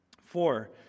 Four